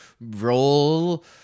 roll